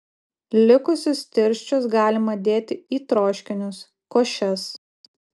likusius tirščius galima dėti į troškinius košes